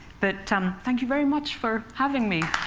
but um thank you very much for having me!